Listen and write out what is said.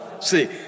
see